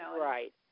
Right